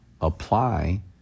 apply